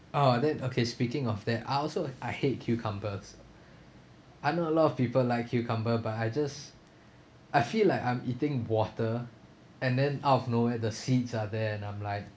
oh then okay speaking of that I also I hate cucumbers I know a lot of people like cucumber but I just I feel like I'm eating water and then out of nowhere the seeds are there and I'm like